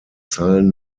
zahlen